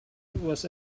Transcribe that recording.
was